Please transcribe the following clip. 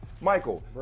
Michael